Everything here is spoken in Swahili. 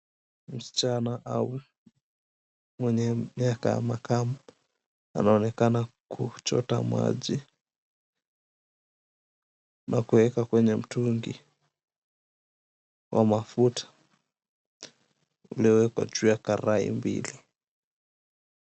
Msichana au mwenye miaka ya makamu anaonekana kuchota maji na kuweka kwenye mtungi wa mafuta uliowekwa juu ya karai mbili.